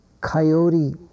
coyote